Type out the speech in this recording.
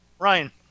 Ryan